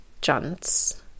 John's